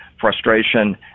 frustration